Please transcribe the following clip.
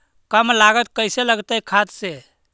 कम लागत कैसे लगतय खाद से?